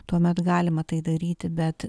tuomet galima tai daryti bet